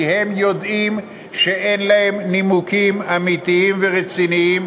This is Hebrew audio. כי הם יודעים שאין להם נימוקים אמיתיים ורציניים